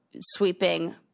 sweeping